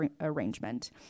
arrangement